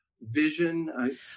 vision